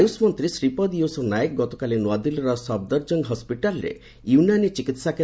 ଆୟୁଷ ମନ୍ତ୍ରୀ ଶ୍ରୀପଦ ୟେଶୋ ନାୟକ ଗତକାଲି ନୁଆଦିଲ୍ଲୀର ସଫଦର୍ଜଙ୍ଗ ହସ୍କିଟାଲ୍ରେ ୟନାନି ଚିକିିିି